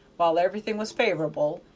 while everything was favor'ble,